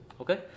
Okay